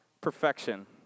perfection